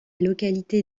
localité